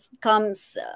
comes